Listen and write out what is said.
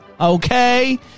Okay